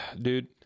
dude